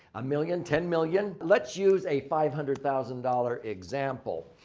a million, ten million. let's use a five hundred thousand dollars example.